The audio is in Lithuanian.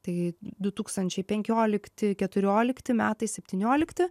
tai du tūkstančiai penkiolikti keturiolikti metais septyniolikti